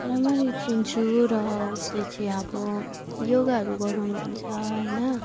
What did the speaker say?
रामरी चिन्छु र उसले चाहिँ अब योगाहरू गराउनुहुन्छ होइन